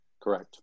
Correct